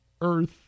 earth